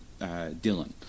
Dylan